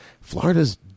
florida's